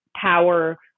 power